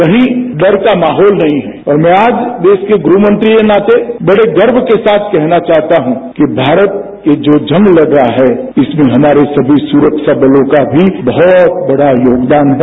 कहीं डर का माहौल नहीं है और मैं आज देश के गृहमंत्री के नाते बड़े गर्व के साथ कहना चाहता हूं कि भारत ये जो जंग लड़ रहा है इसमें हमारे सुरक्षाबलों का भी बहुत बड़ा योगदान है